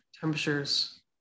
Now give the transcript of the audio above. temperatures